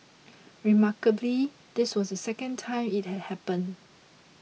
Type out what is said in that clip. remarkably this was the second time it had happened